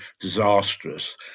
disastrous